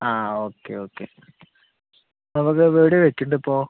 ആ okay okay നമുക്ക് വീട് വെക്കുന്നുണ്ട് ഇപ്പൊൾ